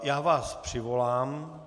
Já vás přivolám.